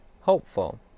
hopeful